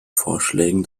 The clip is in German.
vorschlägen